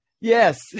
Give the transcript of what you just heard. Yes